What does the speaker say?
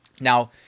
Now